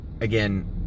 again